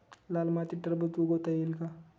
लाल मातीत टरबूज उगवता येईल का?